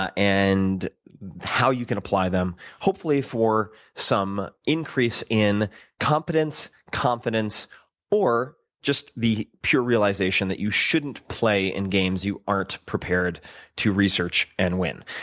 ah and how you can apply them, hopefully for some increase in competence, confidence or just the pure realization that you shouldn't play in games you aren't prepared to research and win.